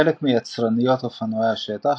חלק מיצרניות אופנועי השטח,